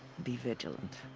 be vigilant.